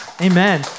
Amen